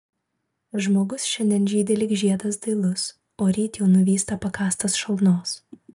žmogus šiandien žydi lyg žiedas dailus o ryt jau nuvysta pakąstas šalnos